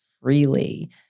freely